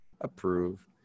approve